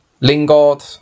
Lingard